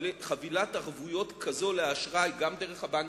חבילת ערבויות כזאת לאשראי, גם דרך הבנקים,